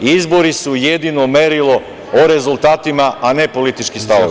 Izbori su jedino merilo o rezultatima, a ne politički stavovi.